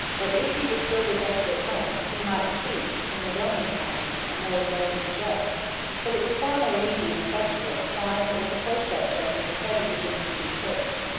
that, if he were still rejected at home, he might seek, in the roman pontiff, a more indulgent judge but it was far more easy and effectual to find or to place that judge at the head of the byzantine church.